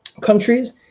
countries